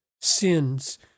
sins